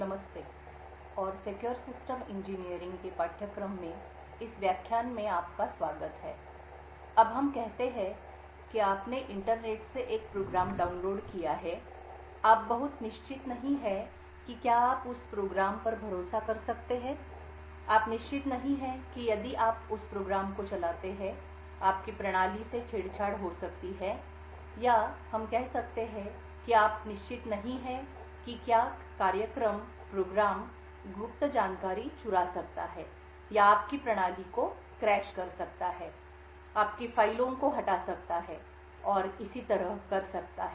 नमस्ते और secure system engineering के पाठ्यक्रम में इस व्याख्यान में आपका स्वागत है अब हम कहते हैं कि आपने इंटरनेट से एक प्रोग्राम डाउनलोड किया है आप बहुत निश्चित नहीं हैं कि क्या आप उस प्रोग्राम पर भरोसा कर सकते हैं आप निश्चित नहीं हैं कि यदि आप उस प्रोग्राम को चलाते हैं आपकी प्रणाली से छेड़छाड़ हो सकती है या हम कह सकते हैं कि आप निश्चित नहीं हैं कि क्या कार्यक्रम गुप्त जानकारी चुरा सकता है या आपकी प्रणाली को क्रैश कर सकता है आपकी फ़ाइलों को हटा सकता है और इसी तरह कर सकता है